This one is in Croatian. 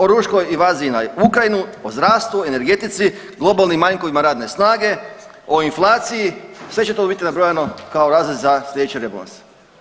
O ruskoj invaziji na Ukrajinu, o zdravstvu, energetici, globalnim manjkovima radne snage, o inflaciji, sve će to biti nabrojano kao razlozi za slijedeći rebalans.